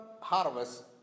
harvest